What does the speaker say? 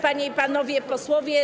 Panie i Panowie Posłowie!